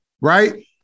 right